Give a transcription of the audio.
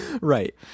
Right